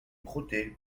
crottées